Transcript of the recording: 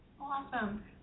Awesome